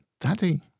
Daddy